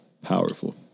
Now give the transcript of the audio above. Powerful